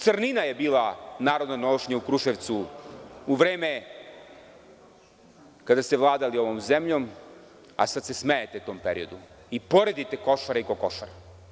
Crnina je bila narodna nošnja u Kruševcu u vreme kada ste vladali ovom zemljom, a sada se smejete tom periodu i poredite Košare i kokošare.